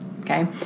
okay